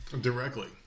Directly